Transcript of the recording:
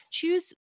Choose